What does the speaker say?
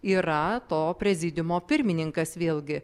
yra to prezidiumo pirmininkas vėlgi